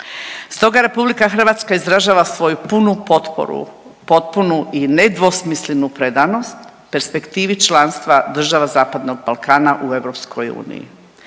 Stoga Republika Hrvatska izražava svoju punu potporu, potpunu i nedvosmislenu predanost perspektivi članstva država zapadnog Balkana u EU,